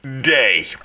day